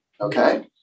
Okay